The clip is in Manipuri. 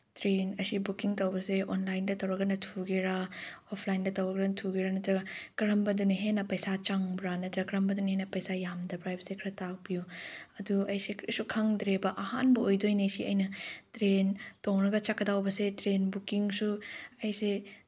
ꯇ꯭ꯔꯦꯟ ꯑꯁꯤ ꯕꯨꯀꯤꯡ ꯇꯧꯕꯁꯦ ꯑꯣꯟꯂꯥꯏꯟꯗ ꯇꯧꯔꯒꯅ ꯊꯨꯒꯦꯔ ꯑꯣꯐꯂꯥꯏꯟꯗ ꯇꯧꯔꯒꯅ ꯊꯨꯒꯦꯔ ꯅꯠꯇ꯭ꯔꯒ ꯀꯔꯝꯕꯗꯅ ꯍꯦꯟꯅ ꯄꯩꯁꯥ ꯆꯪꯕ꯭ꯔ ꯅꯠꯇ꯭ꯔꯒ ꯀꯔꯝꯕꯗꯅ ꯍꯦꯟꯅ ꯄꯩꯁꯥ ꯌꯥꯝꯗꯕ꯭ꯔ ꯍꯥꯏꯕꯁꯦ ꯈꯔ ꯇꯥꯛꯄꯤꯌꯣ ꯑꯗꯨ ꯑꯩꯁꯦ ꯀꯔꯤꯁꯨ ꯈꯪꯗ꯭ꯔꯦꯕ ꯑꯍꯥꯟꯕ ꯑꯣꯏꯗꯣꯏꯅꯤ ꯁꯤ ꯑꯩꯅ ꯇ꯭ꯔꯦꯟ ꯇꯣꯡꯂꯒ ꯆꯠꯀꯗꯧꯕꯁꯤ ꯇ꯭ꯔꯦꯟ ꯕꯨꯀꯤꯡꯁꯨ ꯑꯩꯁꯦ